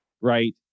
right